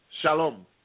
Shalom